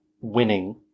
winning